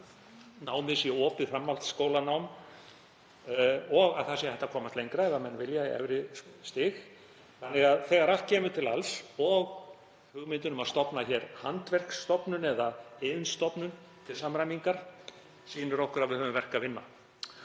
námið sé opið framhaldsskólanám og að hægt sé að komast lengra ef menn vilja, á efri stig. Þannig að þegar allt kemur til alls og hugmyndin um að stofna hér handverksstofnun eða iðnstofnun til samræmingar, er ljóst að við höfum verk að vinna.